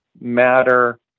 matter